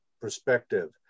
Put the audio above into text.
perspective